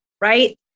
right